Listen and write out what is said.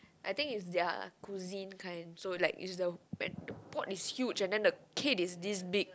I think is their cuisine kind so like is the pot is huge the head is these big